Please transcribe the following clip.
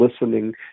listening